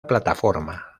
plataforma